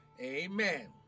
Amen